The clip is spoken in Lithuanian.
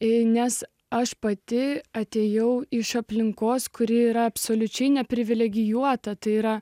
jei nes aš pati atėjau iš aplinkos kuri yra absoliučiai neprivilegijuota tai yra